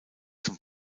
zum